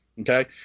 Okay